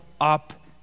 up